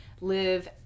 live